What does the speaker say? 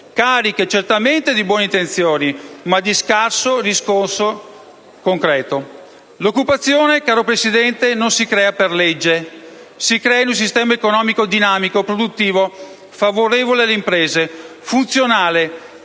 cariche certamente di buone intenzioni ma di scarso valore concreto. L'occupazione, caro Presidente, non si crea per legge; si crea in un sistema economico dinamico, produttivo, favorevole alle imprese, funzionale,